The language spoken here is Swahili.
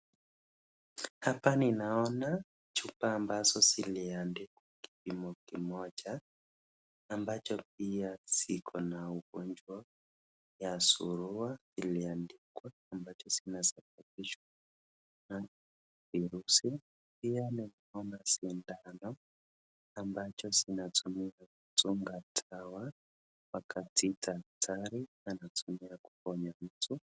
Hapa ninaona chupa ambazo zimeandikwa kipimo kimoja ambacho pia ziko na ugonjwa wa surua iliandikwa kwamba zinasababishwa na virusi. Pia ninaona sindano ambacho zinatumika kudunga madawa wakati daktari anatumia kuponya mtu.